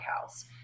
house